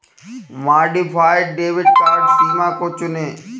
modified debit card सीमा को चुनें